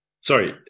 Sorry